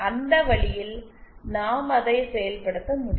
அந்த வழியில் நாம் அதை செயல்படுத்த முடியும்